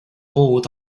bored